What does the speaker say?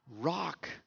rock